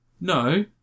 no